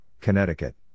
Connecticut